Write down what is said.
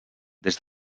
des